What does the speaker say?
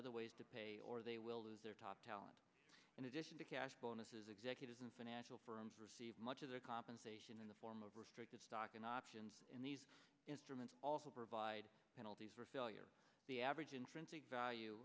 other ways to pay or they will lose their top talent in addition to cash bonuses executives and financial firms receive much of their compensation in the form of restricted stock options in these instruments also provide penalties for failure the average intrinsic value